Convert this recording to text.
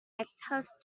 exhaust